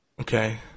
Okay